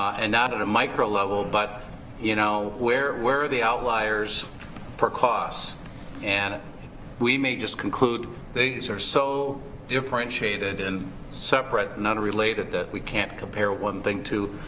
and not at a micro level, but you know where where are the outliers for costs and we may just conclude these are so differentiated and separate and unrelated that we can't compare one thing to